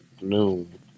noon